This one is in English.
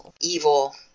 evil